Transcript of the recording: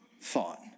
thought